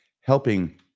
helping